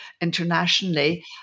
internationally